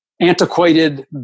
antiquated